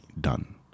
done